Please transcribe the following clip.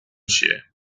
shear